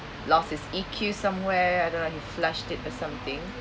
lost his E_Q somewhere I don't know he flushed it or something